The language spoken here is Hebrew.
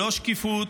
לא שקיפות,